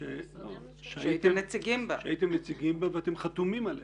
שהייתם נציגים בה ואתם חתומים עליה.